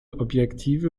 objektive